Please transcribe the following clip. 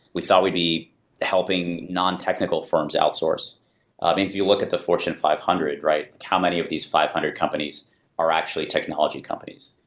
we thought we'd be helping non-technical firms outsource. ah maybe if you look at the fortune five hundred, right? how many of these five hundred companies are actually technology companies?